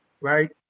right